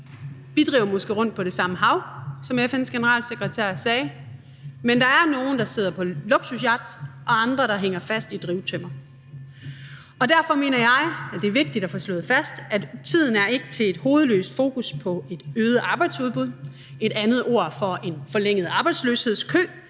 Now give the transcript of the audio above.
Vi driver måske rundt på det samme hav, som FN's generalsekretær sagde, men der er nogle, der sidder på en luksusyacht, mens andre hænger fast i drivtømmeret. Derfor mener jeg, at det er vigtigt at få slået fast, at tiden ikke er til et hovedløst fokus på et øget arbejdsudbud – et andet ord for en forlænget arbejdsløshedskø;